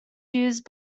used